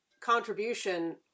contribution